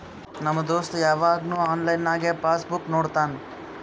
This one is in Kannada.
ನಮ್ ದೋಸ್ತ ಯವಾಗ್ನು ಆನ್ಲೈನ್ನಾಗೆ ಪಾಸ್ ಬುಕ್ ನೋಡ್ತಾನ